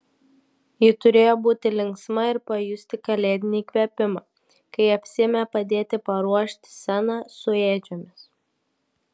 ji turėjo būti linksma ir pajusti kalėdinį įkvėpimą kai apsiėmė padėti paruošti sceną su ėdžiomis